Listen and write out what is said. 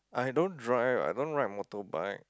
I don't drive I don't ride motorbike